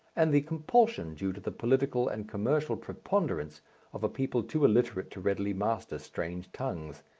and the compulsion due to the political and commercial preponderance of a people too illiterate to readily master strange tongues.